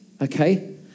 okay